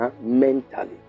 Mentally